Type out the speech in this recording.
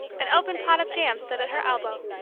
an opened pot of jam stood at her elbow.